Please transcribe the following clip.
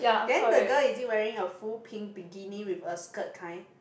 then the girl is she wearing a full pink bikini with a skirt kind